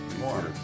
more